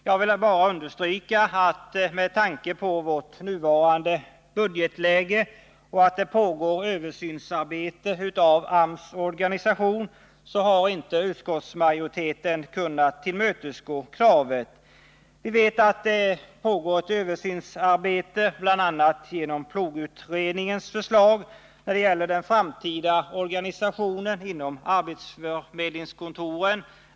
Jag vill bara understryka att med tanke på vårt nuvarande budgetläge och med tanke på att det pågår ett arbete med översyn av AMS organisation har utskottsmajoriteten inte kunnat tillmötesgå kravet. Vi vet att det pågår ett översynsarbete, bl.a. genom PLOG-utredningen, när det gäller den framtida organisationen inom arbetsförmedlingskontoren.